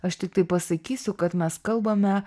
aš tiktai pasakysiu kad mes kalbame